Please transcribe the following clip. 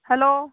hello